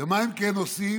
ומה הם כן עושים?